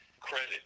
credit